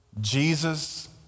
Jesus